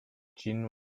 gin